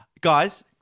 Guys